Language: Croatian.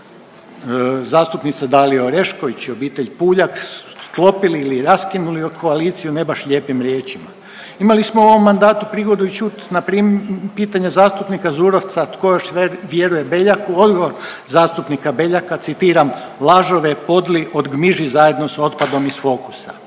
zastupnica Dalija Orešković i obitelj Puljak sklopili ili raskinuli koaliciju ne baš lijepim riječima. Imali smo u ovom mandatu prigodu i čut na pitanje zastupnika Zurovca tko još vjeruje Beljaku odgovor zastupnika Beljaka, citiram: „Lažove podli, odgmiži zajedno sa otpadom iz Fokusa.“